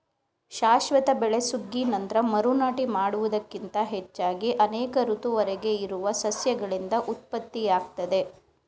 ಶಾಶ್ವತ ಬೆಳೆ ಸುಗ್ಗಿ ನಂತ್ರ ಮರು ನಾಟಿ ಮಾಡುವುದಕ್ಕಿಂತ ಹೆಚ್ಚಾಗಿ ಅನೇಕ ಋತುವರೆಗೆ ಇರುವ ಸಸ್ಯಗಳಿಂದ ಉತ್ಪತ್ತಿಯಾಗ್ತದೆ